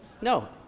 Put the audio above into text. No